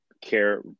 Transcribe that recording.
care